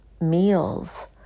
meals